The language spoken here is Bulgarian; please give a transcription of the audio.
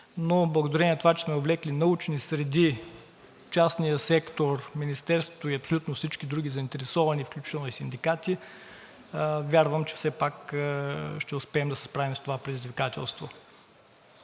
но благодарение на това, че сме въвлекли научни среди, частния сектор, Министерството и абсолютно всички други заинтересовани, включително и синдикати, вярвам, че все пак ще успеем да се справим с това предизвикателство.